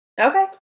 Okay